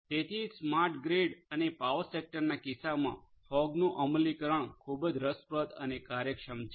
તેથી જ smart grid અને પાવર સેક્ટરના કિસ્સામાં ફોગનું અમલીકરણ ખૂબ જ રસપ્રદ અને કાર્યક્ષમ છે